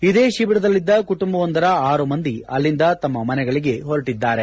ಇದೇ ಶಿಬಿರದಲ್ಲಿದ್ದ ಕುಟುಂಬವೊಂದರ ಆರು ಮಂದಿ ಅಲ್ಲಿಂದ ತಮ್ಮ ಮನೆಗಳಿಗೆ ಹೊರಟಿದ್ದಾರೆ